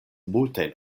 multajn